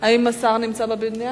האם השר נמצא בבניין?